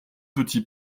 petits